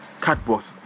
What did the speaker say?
cardboard